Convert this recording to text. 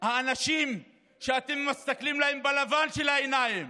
האנשים שאתם מסתכלים להם בלבן של העיניים